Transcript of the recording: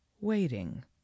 waiting